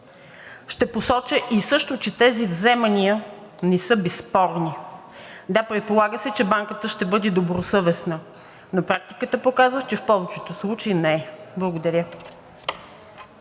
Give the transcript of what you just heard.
Ще посоча също, че тези вземания не са безспорни. Да, предполага се, че банката ще бъде добросъвестна, но практиката показва, че в повечето случаи не е. Благодаря.